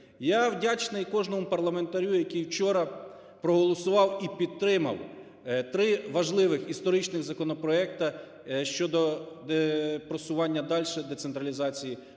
Я вдячний кожному парламентарю, який вчора проголосував і підтримав три важливих історичних законопроекти щодо просування дальше децентралізації